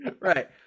Right